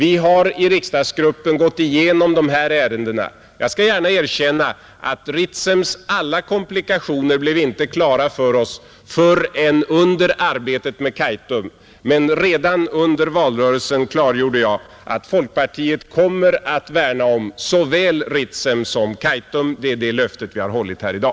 I riksdagsgruppen har vi gått igenom dessa ärenden, Jag skall gärna erkänna att Ritsems alla komplikationer inte blev klara för oss förrän under arbetet med Kaitum. Men redan under valrörelsen klargjorde jag att folkpartiet kommer att värna om såväl Ritsem som Kaitum, Det är det löftet som vi har hållit här i dag.